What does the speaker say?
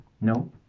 No